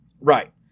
right